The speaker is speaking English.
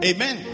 Amen